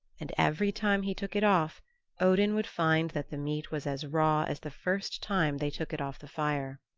and every time he took it off odin would find that the meat was as raw as the first time they took it off the fire.